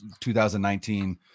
2019